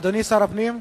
אדוני שר הפנים,